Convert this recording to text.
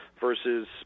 versus